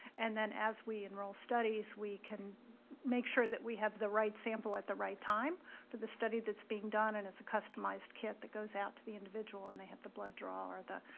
and then, as we enroll studies, we can make sure that we have the right sample at the right time for the study that's being done. and it's a customized kit that goes out to the individual, and they have the blood draw or the